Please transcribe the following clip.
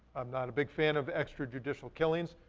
i'm not a big fan of extra-judicial killings.